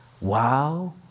Wow